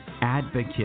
advocate